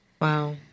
wow